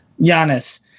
Giannis